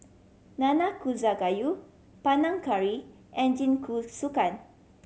Nanakusa Gayu Panang Curry and Jingisukan